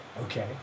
Okay